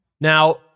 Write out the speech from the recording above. Now